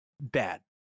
bad